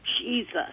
Jesus